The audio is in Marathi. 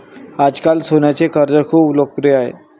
आजकाल सोन्याचे कर्ज खूप लोकप्रिय आहे